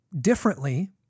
differently